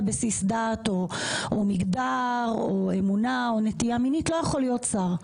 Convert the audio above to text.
בסיס דת או מגדר או אמונה או נטייה מינית לא יכולים להיות שרים.